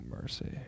mercy